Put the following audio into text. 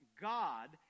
God